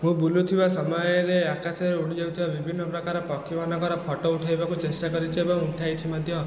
ମୁଁ ବୁଲୁଥିବା ସମୟରେ ଆକାଶରେ ଉଡ଼ିଯାଉଥିବା ବିଭିନ୍ନ ପ୍ରକାର ପକ୍ଷୀମାନଙ୍କର ଫଟୋ ଉଠେଇବାକୁ ଚେଷ୍ଟା କରିଛି ଏବଂ ଉଠାଇଛି ମଧ୍ୟ